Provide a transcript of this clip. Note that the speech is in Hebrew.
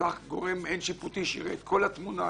צריך גורם מעין שיפוטי שיראה את כל התמונה.